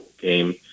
game